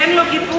תן לו גיבוי.